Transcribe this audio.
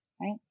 right